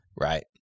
Right